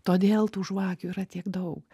todėl tų žvakių yra tiek daug